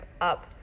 up